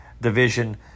division